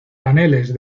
paneles